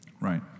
right